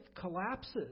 collapses